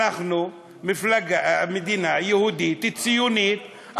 אנחנו מדינה יהודית ציונית,